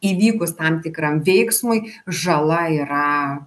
įvykus tam tikram veiksmui žala yra